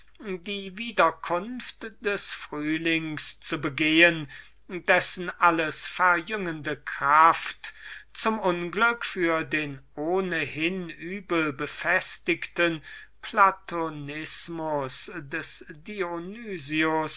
die wiederkunft des frühlings zu begehen dessen alles verjüngende kraft zum unglück für den ohnehin übelbefestigten platonismus des dionys